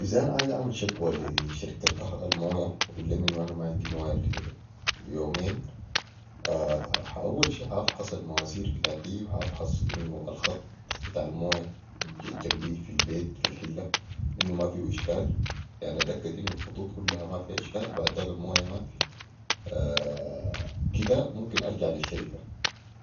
إذا أنا عايز أعمل شكوه لي شركه المويه اقوليهم انو أنا ماعندي مويه لي يومين اول شي ح افحص المواسير بتاعتي وح افحظ انو الخط الجنبي في البيت في الحله انو مافيهو اشكال يعني اتاكد انو الخطوط كلها مافيها اشكال بعداك المويه مافي كده ممكن ارجع لي الشركه